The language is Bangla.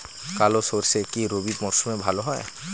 কালো সরষে কি রবি মরশুমে ভালো হয়?